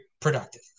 productive